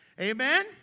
Amen